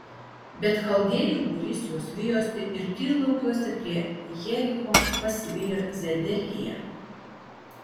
bet chaldėjų būrys juos vijosi ir tyrlaukiuose prie jericho pasivijo zedekiją